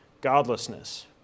godlessness